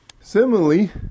Similarly